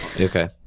Okay